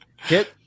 hit